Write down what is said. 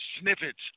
snippets